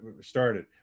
started